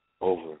over